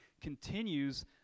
continues